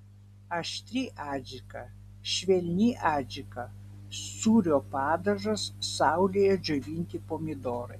aštri adžika švelni adžika sūrio padažas saulėje džiovinti pomidorai